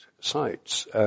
sites